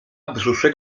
brzuszek